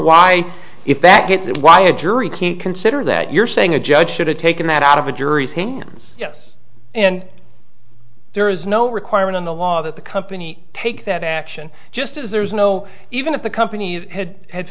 why if that gets why a jury can't consider that you're saying a judge should have taken that out of a jury's hands yes and there is no requirement in the law that the company take that action just as there is no even if the company had had